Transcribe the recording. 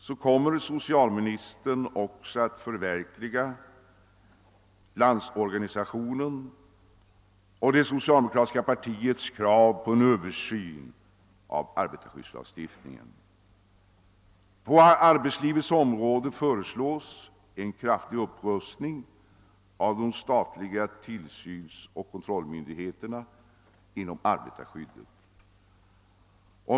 I år kommer socialministern också att förverkliga Landsorganisationens och det socialdemokratiska partiets krav på en Översyn av arbetarskyddslagstiftningen. På arbetslivets område föreslås en kraftig upprustning av de statliga tillsynsoch kontrollmöjligheterna inom arbetarskyddet.